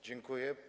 Dziękuję.